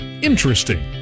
interesting